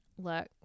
Look